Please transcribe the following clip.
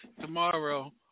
tomorrow